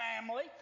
family